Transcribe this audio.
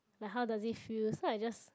like how does its feel so I just